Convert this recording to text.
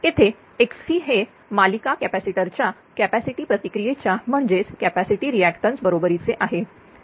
येथे xc हे मालिका कॅपॅसिटर च्या कॅपॅसिटी प्रतिक्रियेच्या म्हणजेच कॅपॅसिटी रिअॅक्टॅन्स बरोबरीचे आहे